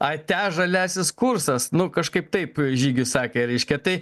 ate žaliasis kursas nu kažkaip taip žygis sakė reiškia tai